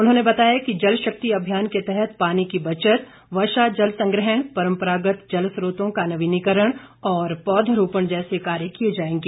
उन्होंने बताया कि जल शक्ति अभियान के तहत पानी की बचत वर्षा जल संग्रहण परंपरागत जल स्त्रोतों का नवीनीकरण और पौध रोपण जैसे कार्य किए जाएंगे